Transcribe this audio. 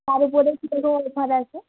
শাড়ি ওপর কি কোনো ছাড় আছে